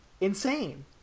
insane